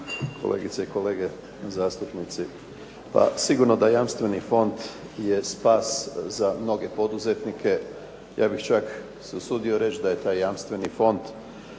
kolegice i kolege zastupnici. Pa sigurno da jamstveni fond je spas za mnoge poduzetnike. Ja bih čak se usudio reći da je taj jamstveni fond